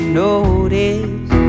notice